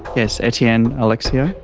yes. etienne alexiou.